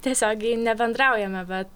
tiesiogiai nebendraujame bet